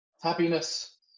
Happiness